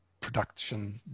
production